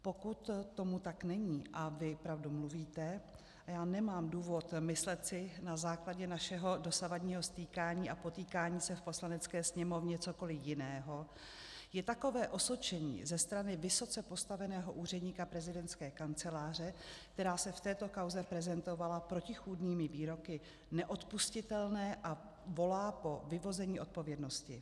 Pokud tomu tak není a vy pravdu mluvíte, a já nemám důvod myslet si na základě našeho dosavadního stýkání a potýkání se v Poslanecké sněmovně cokoliv jiného, je takové osočení ze strany vysoce postaveného úředníka prezidentské kanceláře, která se v této kauze prezentovala protichůdnými výroky, neodpustitelné a volá po vyvození odpovědnosti.